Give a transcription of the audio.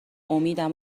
امیدم